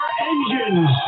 engines